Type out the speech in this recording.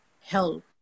help